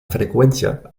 freqüència